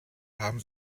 haben